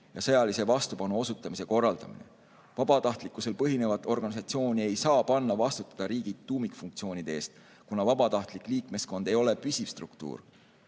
ja sõjalise vastupanu osutamise korraldamine. Vabatahtlikkusel põhinevat organisatsiooni ei saa panna vastutama riigi tuumikfunktsioonide eest, kuna vabatahtlik liikmeskond ei ole püsiv struktuur.